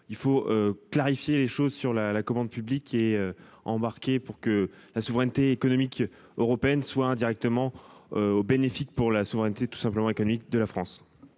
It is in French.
il faut clarifier les choses sur la commande publique pour que la souveraineté économique européenne soit indirectement bénéfique pour la souveraineté économique de la France.